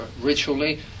ritually